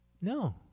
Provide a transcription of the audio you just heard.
No